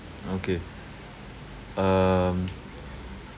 okay um